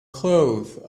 clothes